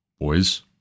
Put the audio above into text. boys